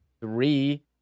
three